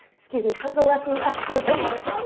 excuse me, hug the left knee up towards the heart.